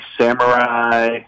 samurai